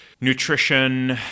nutrition